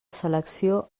selecció